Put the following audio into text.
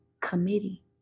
committee